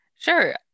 Sure